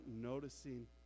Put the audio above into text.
noticing